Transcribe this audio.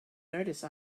notice